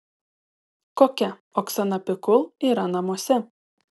kokia oksana pikul yra namuose